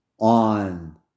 on